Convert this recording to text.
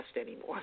anymore